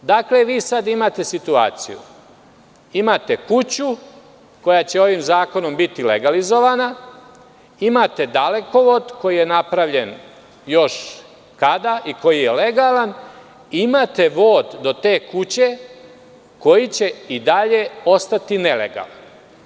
Sada imate situaciju da imate kuću koja će ovim zakonom biti legalizovana, imate dalekovod koji je napravljen još kada i koji je legalan i imate vod do te kuće koji će i dalje ostati nelegalan.